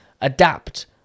adapt